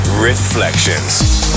Reflections